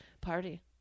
party